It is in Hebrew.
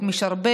שמדובר